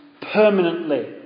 permanently